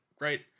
right